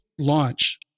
launch